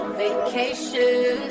vacation